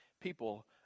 people